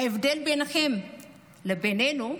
ההבדל ביניכם לבינינו,